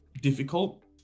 difficult